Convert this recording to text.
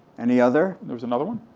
any other? there was another one?